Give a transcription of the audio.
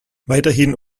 weiterhin